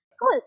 Cool